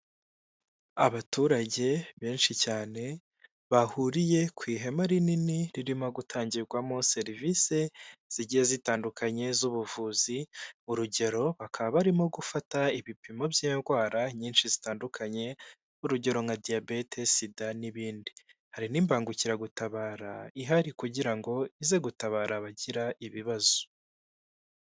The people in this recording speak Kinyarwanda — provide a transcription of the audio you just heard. Abaturage benshi cyane bahuriye ku ihema rinini ririmo gutangirwamo serivisi zigiye zitandukanye z'ubuvuzi. urugero bakaba barimo gufata ibipimo by'indwara nyinshi zitandukanye nk'urugero nka diyabete, sida n'ibindi hari n'imbangukiragutabara ihari kugira ngo ize gutabara abagira ibibazo.